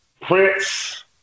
Prince